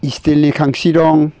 स्टिलनि खांसि दं